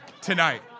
tonight